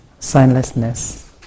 signlessness